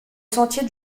sentier